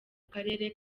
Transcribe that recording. karere